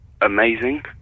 Amazing